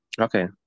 Okay